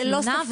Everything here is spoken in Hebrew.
ללא ספק.